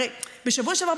הרי בשבוע שעבר,